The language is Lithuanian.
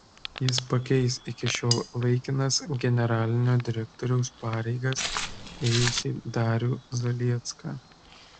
jis pakeis iki šiol laikinas generalinio direktoriaus pareigas ėjusį darių zaliecką